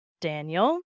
Daniel